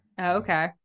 okay